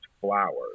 flowers